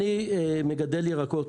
אני מגדל ירקות.